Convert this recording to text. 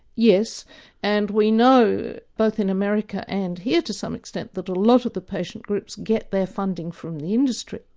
yes and we know both in america and here to some extent that a lot of the patient groups get their funding from the industry.